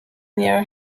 near